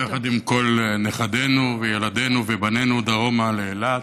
יחד עם כל נכדינו וילדינו ובנינו דרומה לאילת.